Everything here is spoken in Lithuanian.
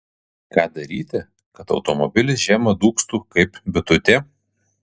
ką daryti kad automobilis žiemą dūgztų kaip bitutė